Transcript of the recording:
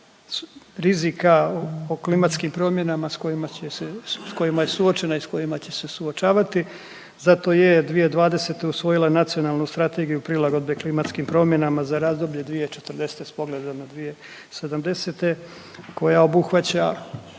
rizika o klimatskim promjenama s kojima se suo… s kojima je suočena i s kojima će se suočavati. Zato je 2020. usvojila i Nacionalnu strategiju prilagodbe klimatskim promjenama za razdoblje 2040. s pogledom na 2070. koja obuhvaća